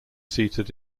seated